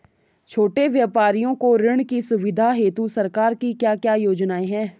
छोटे व्यापारियों को ऋण की सुविधा हेतु सरकार की क्या क्या योजनाएँ हैं?